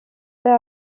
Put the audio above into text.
there